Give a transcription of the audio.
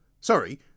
sorry